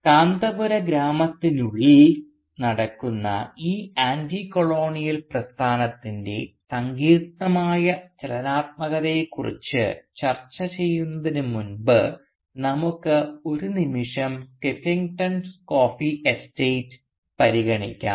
കാന്തപുര ഗ്രാമത്തിനുള്ളിൽ നടക്കുന്ന ഈ ആൻറ്റികോളോണിയൽ പ്രസ്ഥാനത്തിൻറെ സങ്കീർണ്ണമായ ചലനാത്മകതയെക്കുറിച്ച് ചർച്ച ചെയ്യുന്നതിനുമുമ്പ് നമുക്ക് ഒരു നിമിഷം സ്കീഫിംഗ്ടൺ കോഫി എസ്റ്റേറ്റ് പരിഗണിക്കാം